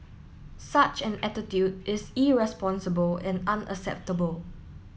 such an attitude is irresponsible and unacceptable